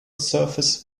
surface